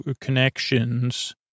connections